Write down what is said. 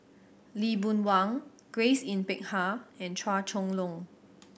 Lee Boon Wang Grace Yin Peck Ha and Chua Chong Long